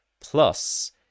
Plus